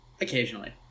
Occasionally